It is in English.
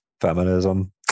feminism